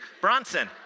Bronson